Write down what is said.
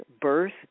birth